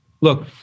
Look